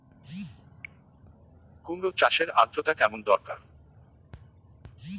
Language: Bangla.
কুমড়ো চাষের আর্দ্রতা কেমন দরকার?